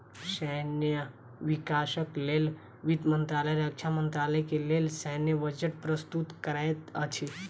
सैन्य विकासक लेल वित्त मंत्रालय रक्षा मंत्रालय के लेल सैन्य बजट प्रस्तुत करैत अछि